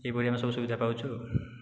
ଏହିପରି ଆମେ ସବୁ ସୁବିଧା ପାଉଛୁ ଆଉ